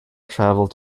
traveled